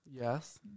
Yes